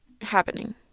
happening